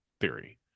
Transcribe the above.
theory